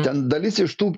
ten dalis iš tų